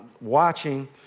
watching